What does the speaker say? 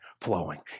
flowing